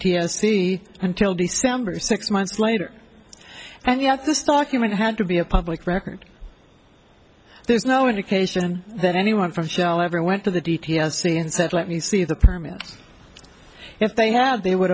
be until december six months later and yet the stock human had to be a public record there's no indication that anyone from shell every went to the d t s sea and said let me see the permit if they had they would